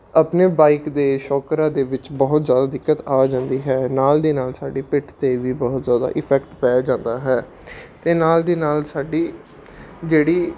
ਆਪਣੇ ਬਾਈਕ ਦੇ ਸ਼ੋਕਰਾਂ ਦੇ ਵਿੱਚ ਬਹੁਤ ਜ਼ਿਆਦਾ ਦਿੱਕਤ ਆ ਜਾਂਦੀ ਹੈ ਨਾਲ ਦੀ ਨਾਲ ਸਾਡੇ ਪਿੱਠ 'ਤੇ ਵੀ ਬਹੁਤ ਜ਼ਿਆਦਾ ਇਫੈਕਟ ਪੈ ਜਾਂਦਾ ਹੈ ਅਤੇ ਨਾਲ ਦੀ ਨਾਲ ਸਾਡੀ ਜਿਹੜੀ